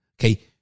okay